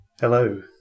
Hello